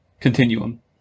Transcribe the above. Continuum